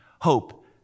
hope